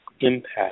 impact